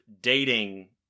dating